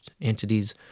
entities